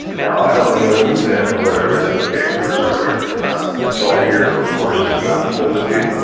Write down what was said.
now, i don't know that what i read in the paper is correct or not until i hear it from the horse's mouth, so to speak,